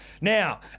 Now